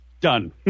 done